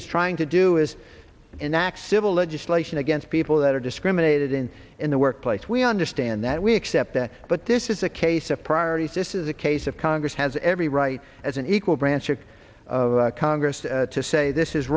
is trying to do is enact civil legislation against people that are discriminated in in the workplace we understand that we accept that but this is a case of priorities this is a case of congress has every right as an equal branch of congress to say this is